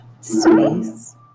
space